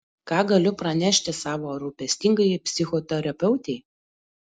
ką galiu pranešti savo rūpestingajai psichoterapeutei